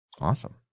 Awesome